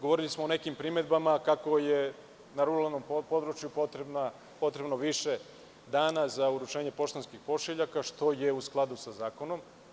Govorili smo o nekim primedbama kako je naravno na ruralnom području potrebno više dana za uručivanje poštanskih pošiljaka, što je u skladu sa zakonom.